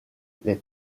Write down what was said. les